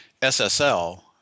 SSL